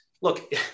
look